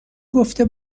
گفته